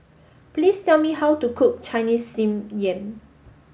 please tell me how to cook Chinese Steamed Yam